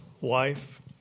wife